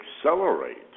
accelerate